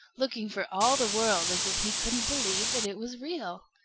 looking for all the world as if he couldn't believe that it was real.